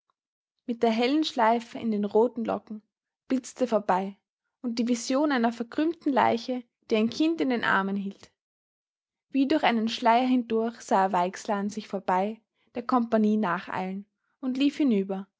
mit der hellen schleife in den roten locken blitzte vorbei und die vision einer verkrümmten leiche die ein kind in den armen hielt wie durch einen schleier hindurch sah er weixler an sich vorbei der kompagnie nacheilen und lief hinüber